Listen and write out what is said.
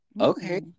Okay